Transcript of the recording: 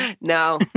No